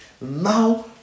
Now